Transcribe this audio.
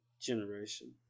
generation